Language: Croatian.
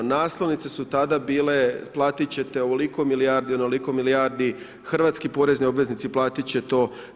Naslovnice su tada bile, platiti ćete ovoliko milijardi, onoliko milijardi hrvatski poduzetni obveznici platiti će to.